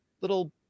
little